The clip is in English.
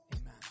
amen